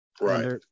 Right